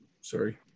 Sorry